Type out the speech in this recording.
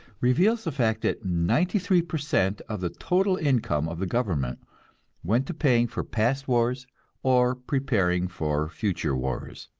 reveals the fact that ninety-three per cent of the total income of the government went to paying for past wars or preparing for future wars.